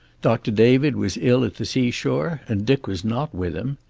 doctor david was ill at the seashore, and dick was not with him.